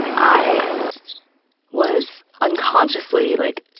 i was unconsciously, like,